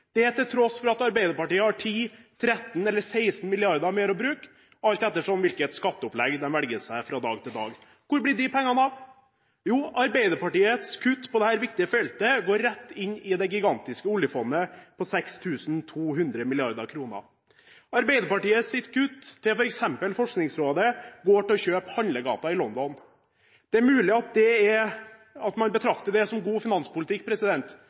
vi, til tross for at Arbeiderpartiet har 10, 13 eller 16 mrd. kr mer å bruke, alt etter hvilket skatteopplegg de velger seg fra dag til dag. Hvor blir de pengene av? Jo, Arbeiderpartiets kutt på dette viktige feltet går rett inn i det gigantiske oljefondet på 6 200 mrd. kr. Arbeiderpartiets kutt, til f.eks. Forskningsrådet, går til å kjøpe handlegater i London. Det er mulig at man betrakter det som god finanspolitikk,